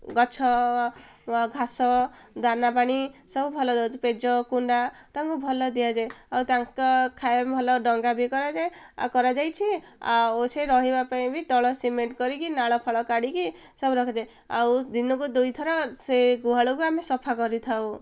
ଗଛ ଘାସ ଦାନାପାଣି ସବୁ ଭଲ ଦେଉଛୁ ପେଜ କୁଣ୍ଡା ତାଙ୍କୁ ଭଲ ଦିଆଯାଏ ଆଉ ତାଙ୍କ ଖାଇବା ଭଲ ଡଙ୍ଗା ବି କରାଯାଏ ଆଉ କରାଯାଇଛି ଆଉ ସେ ରହିବା ପାଇଁ ବି ତଳ ସିମେଣ୍ଟ୍ କରିକି ନାଳ ଫାଳ କାଢ଼ିକି ସବୁ ରଖାଯାଏ ଆଉ ଦିନକୁ ଦୁଇଥର ସେ ଗୁହାଳକୁ ଆମେ ସଫା କରିଥାଉ